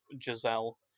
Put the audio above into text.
Giselle